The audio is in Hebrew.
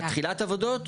בתחילת עבודות,